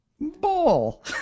Ball